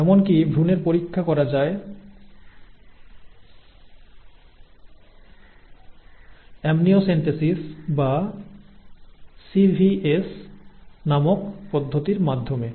এমনকি ভ্রূণের পরীক্ষা করা যায় অ্যামনিওসেন্টেসিস বা CVS নামক পদ্ধতির মাধ্যমে